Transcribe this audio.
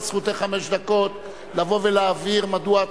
לזכותך חמש דקות לבוא ולהבהיר מדוע את